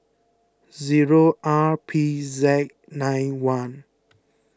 zero R P Z nine one